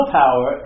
power